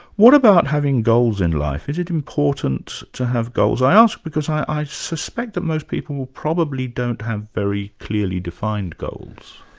what about having goals in life? is it important to have goals? i ask, because i suspect that most people probably don't have very clearly defined goals.